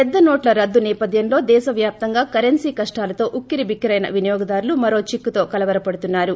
పెద్ద నోట్ల రద్గు నేపద్యంలో దేశ వ్యాప్తంగా కరెన్సీ కష్టాలతో ఉక్కిరిబిక్కిరయిన వినియోగదారులు మరో చిక్కుతో కలవరపడుతున్నారు